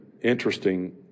interesting